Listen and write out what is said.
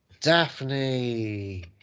Daphne